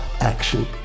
action